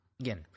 again